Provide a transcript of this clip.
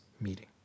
meeting